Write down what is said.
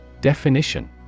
Definition